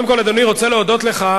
אני קודם כול, אדוני, רוצה להודות לך.